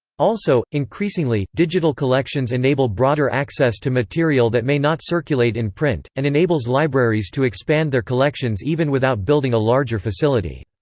also, increasingly, digital collections enable broader access to material that may not circulate in print, and enables libraries to expand their collections even without building a larger facility.